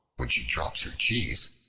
when she drops her cheese,